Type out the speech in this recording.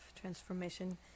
transformation